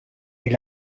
est